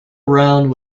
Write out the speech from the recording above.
round